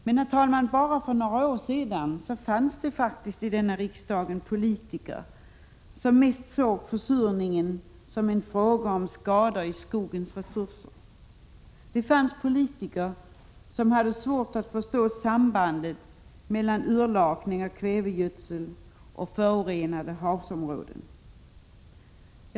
Men, herr talman, bara för några år sedan fanns det faktiskt i riksdagen politiker som mest såg försurningen som något som bara gällde skador på skogens resurser. Det fanns politiker som hade svårt att förstå sambandet mellan urlakning av kvävegödsel och förorenade havsområden.